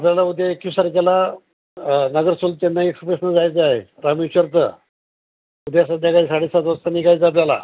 आपल्याला उद्या एकवीस तारखेला दादर चन्नै एक्सप्रेशनं जायचं आहे रामेश्वर तर उद्या संध्याकाळी साडेसात वाजता निघायचं आपल्याला